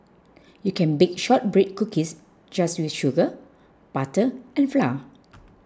you can bake Shortbread Cookies just with sugar butter and flour